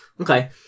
Okay